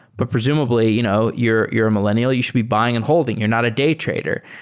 but presumably, you know you're you're a millennial. you should be buying and holding. you're not a day trader.